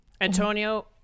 Antonio